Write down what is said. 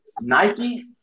Nike